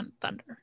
Thunder